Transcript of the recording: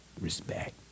respect